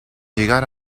llegar